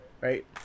right